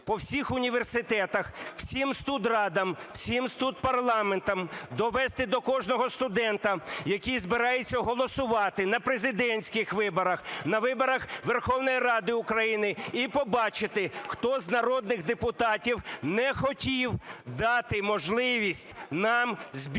по всіх університетах, всімстудрадам, всім студпарламентам, довести до кожного студента, який збирається голосувати на президентських виборах, на виборах Верховної Ради України, і побачити, хто з народних депутатів не хотів дати можливість нам збільшити